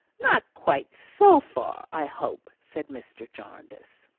not quite so far, i hope? said mr. jarndyce.